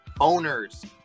owners